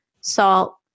salt